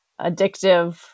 addictive